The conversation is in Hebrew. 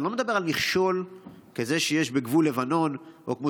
אני לא מדבר על מכשול כזה כמו שיש בגבול לבנון או כמו